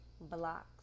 blocks